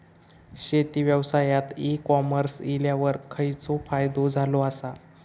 शेती व्यवसायात e commerce इल्यावर खयचो फायदो झालो आसा?